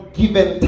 given